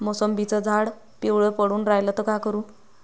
मोसंबीचं झाड पिवळं पडून रायलं त का करू?